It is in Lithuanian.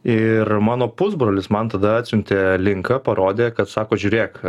ir mano pusbrolis man tada atsiuntė linką parodė kad sako žiūrėk